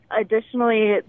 Additionally